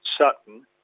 Sutton